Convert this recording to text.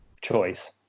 choice